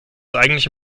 eigentliche